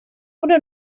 oder